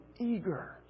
eager